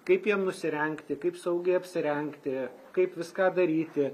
kaip jiem nusirengti kaip saugiai apsirengti kaip viską daryti